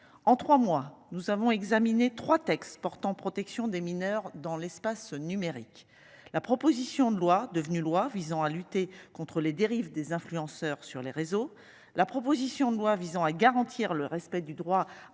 en 3 mois, nous avons examiné 3 textes portant protection des mineurs dans l'espace numérique. La proposition de loi devenu loi visant à lutter contre les dérive des influenceurs sur les réseaux. La proposition de loi visant à garantir le respect du droit